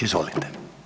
Izvolite.